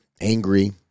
angry